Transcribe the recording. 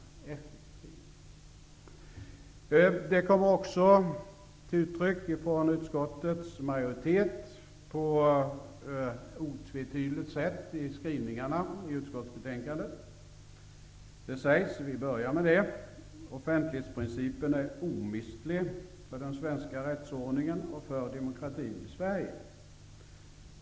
Denna inställning kommer också på ett otvetydigt sätt till uttryck från utskottsmajoritetens sida i skrivningen i betänkandet. Vi börjar där på följande sätt: ''Offentlighetsprincipen är omistlig för den svenska rättsordningen och för demokratin i Sverige.